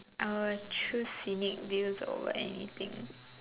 I will choose scenic views over anything